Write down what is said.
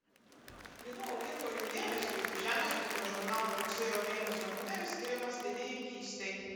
linų augintojų dėmesiui žemės ūkio žurnalo rugsėjo mėnesio numeris skiriamas linininkystei